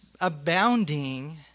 abounding